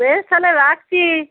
বেশ তাহলে রাখছি